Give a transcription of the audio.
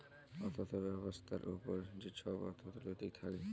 অথ্থ ব্যবস্থার উপর যে ছব অথ্থলিতি থ্যাকে